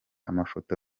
amafoto